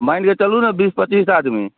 मानिके चलू ने बीस पच्चीस आदमी